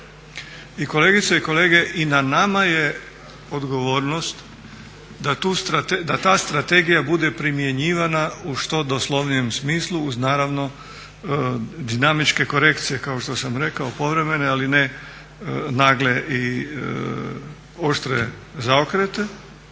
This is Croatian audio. I kolegice i kolege i na nama je odgovornost da ta strategija bude primjenjivana u što doslovnijem smislu uz naravno dinamičke korekcije kao što sam rekao povremene ali ne nagle i oštre zaokrete.